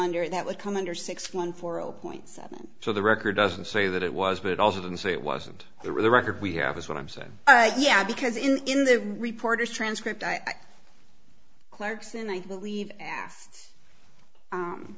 under that would come under six one four zero point seven so the record doesn't say that it was but it also didn't say it wasn't the record we have is what i'm saying yeah because in in the reporter's transcript i clarkson i believe